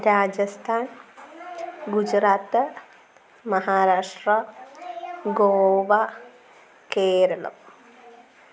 Rajasthan Gujarat Maharashtra Goa Keralam